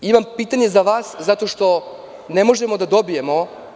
Imam pitanje za vas zato što ne možemo da dobijemo…